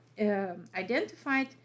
identified